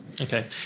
Okay